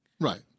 Right